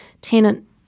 tenant